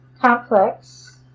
Complex